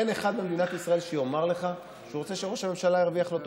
אין אחד במדינת ישראל שיאמר לך שהוא רוצה שראש הממשלה ירוויח לא טוב,